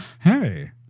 Hey